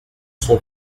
son